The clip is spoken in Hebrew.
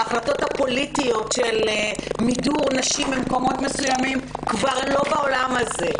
ההחלטות הפוליטיות על מידור נשים ממקומות מסוימים כבר לא בעולם הזה.